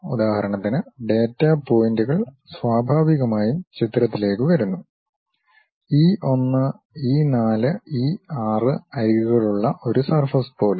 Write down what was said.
ഉദാഹരണത്തിന് ഡാറ്റാ പോയിന്ററുകൾ സ്വാഭാവികമായും ചിത്രത്തിലേക്ക് വരുന്നു ഇ 1 ഇ 4 ഇ 6 അരികുകളുള്ള ഒരു സർഫസ് പോലെ